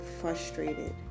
frustrated